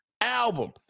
album